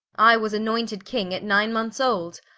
i was annointed king at nine monthes old,